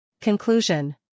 Conclusion